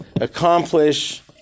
accomplish